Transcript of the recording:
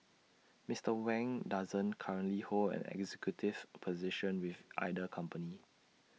Mister Wang doesn't currently hold an executive position with either company